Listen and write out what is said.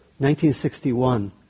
1961